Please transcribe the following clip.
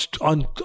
on